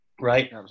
right